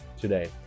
today